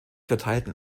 verteilten